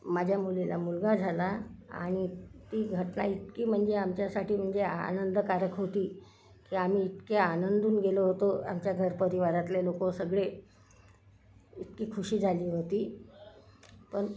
माझ्या मुलीला मुलगा झाला आणि ती घटना इतकी म्हणजे आमच्यासाठी म्हणजे आनंदकारक होती की आम्ही इतके आनंदून गेलो होतो आमच्या घरपरिवारातले लोक सगळे इतकी खुशी झाली होती पण